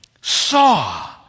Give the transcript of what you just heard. saw